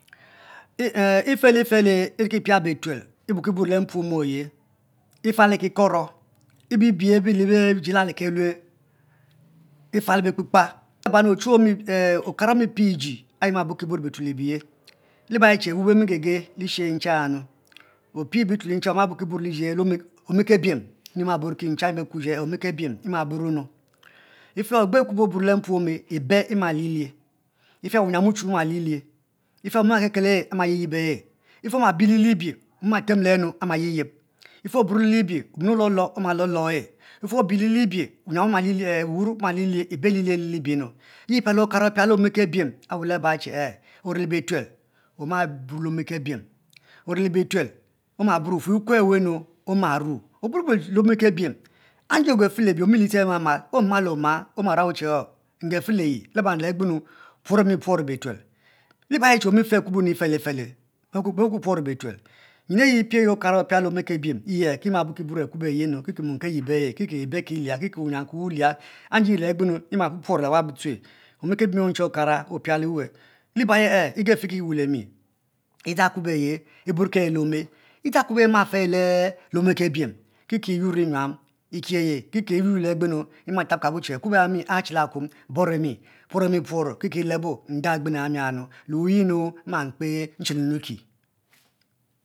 Efele fe le eri ki pia irituel bukibuno le mpuo me oyi ifa le ku koro ibibie edi li lalo kelue ifa le kpe ka caba okara omi pie iji ayi ki bu ki buo bitue ebiye liba che awop ami gege le esheyayi ncha nu opie hituel nchar oma bunki le ome ke biem mar buriki chan ome ke biem ema burro nu ogbe akubo obuno le mpuome ibe malie lie ije wuyiam wuchu wu ma lilie fe mom ake kel eme amayiyi e e ke omabiem le li bie mom aremo lenu ama yeb ybeb ife oburo le omue omale e, efe obur le li bie wuwor ibe imalilie le bie nu ye epiale okuna opiale ome ke biem che ori le bituel ma buro le ome kebiem ori le bituel wufuor oke we orua ru nde ori le omeh ki bie m oma mal oma orue mi ngefe la aka bo puore mi puoro bitue aba ayi omi fe akubonu felefele be puoko puoro biyuel yiye ki ke ma buki buro akubo ayi nu mom ke ayibo e kiki ibe kila ki wawor ki wulia nde iri le agbenu amapu puoro le wab tue oku apile wait liba aye le mi idzang akubo aye idzang akubo e emu fe ome kebie kiki iyuor nyuam ekeyi kiki iyuor yuor benu ema tab kabo che ake bo achi kuom puore mi puoro kiki lebondang agbenu eba mi nu wuye nu mma mkpe enchi li mi ki